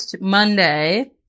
Monday